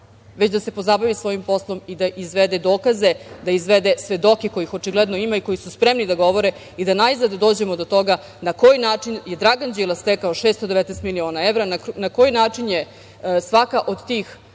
već da se pozabave svojim poslom i da izvede dokaze, da izvede svedoke kojih očigledno ima i koji su spremni da govore i da najzad dođemo do toga na koji način je Dragan Đilas stekao 619 miliona evra, na koji način je svaka od tih